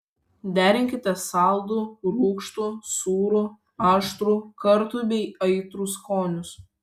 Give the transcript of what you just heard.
derinkite saldų rūgštų sūrų aštrų kartų bei aitrų skonius